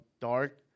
dark